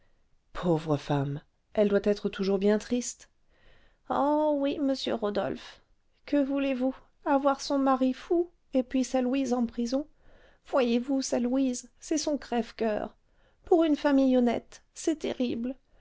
pauvre femme elle doit être toujours bien triste oh oui monsieur rodolphe que voulez-vous avoir son mari fou et puis sa louise en prison voyez-vous sa louise c'est son crève-coeur pour une famille honnête c'est terrible